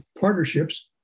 partnerships